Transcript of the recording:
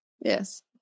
Yes